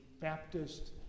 Baptist